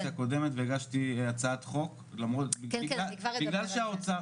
הקודמת והגשתי הצעת חוק בגלל שהאוצר,